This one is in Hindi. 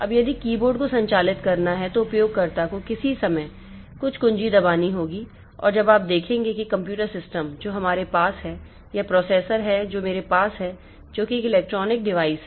अब यदि कीबोर्ड को संचालित करना है तो उपयोगकर्ता को किसी समय कुछ कुंजी दबानी होगी और अब आप देखेंगे कि कंप्यूटर सिस्टम जो हमारे पास है या प्रोसेसर है जो मेरे पास है जो कि एक इलेक्ट्रॉनिक डिवाइस है